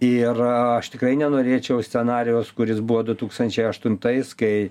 ir aš tikrai nenorėčiau scenarijaus kuris buvo du tūkstančiai aštuntais kai